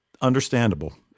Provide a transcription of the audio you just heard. understandable